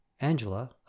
Angela